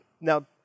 Now